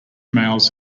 males